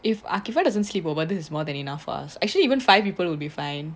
if arkifa doesn't sleep over this is more than enough ah actually even five people will be fine